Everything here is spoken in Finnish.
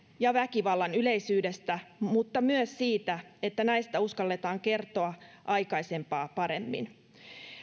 ja väkivallan yleisyydestä mutta myös siitä että näistä uskalletaan kertoa aikaisempaa paremmin